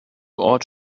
ought